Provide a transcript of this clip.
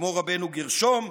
כמו רבנו גרשום,